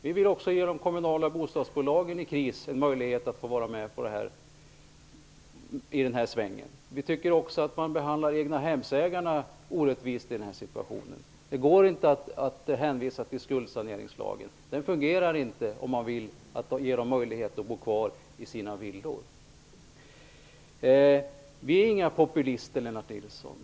Vi vill också ge de kommunala bostadsbolagen i kris en möjlighet att få vara med i den här svängen. Vi tycker också att man behandlar egnahemsägarna orättvist i den här situationen. Det går inte att hänvisa till skuldsaneringslagen. Den fungerar inte om man vill ge dem möjlighet att bo kvar i sina villor. Vi är inga populister, Lennart Nilsson.